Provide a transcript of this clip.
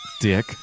Dick